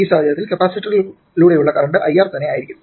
ഈ സാഹചര്യത്തിൽ കപ്പാസിറ്ററുകളിലൂടെയുള്ള കറന്റ് IR തന്നെ ആയിരിക്കും